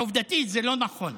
עובדתית זה לא נכון,